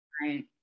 Right